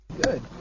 Good